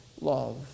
love